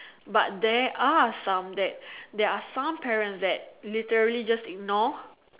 but there are some that there're some parents that literally just ignore